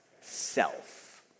self